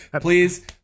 please